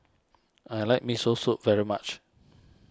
I like Miso Soup very much